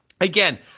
again